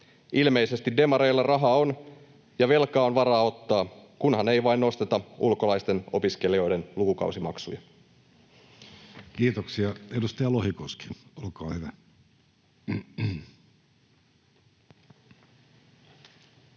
Ilmeisesti demareilla rahaa on ja velkaa on varaa ottaa, kunhan ei vain nosteta ulkolaisten opiskelijoiden lukukausimaksuja. [Speech 176] Speaker: Jussi Halla-aho